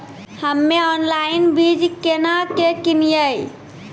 हम्मे ऑनलाइन बीज केना के किनयैय?